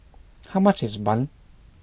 how much is Bun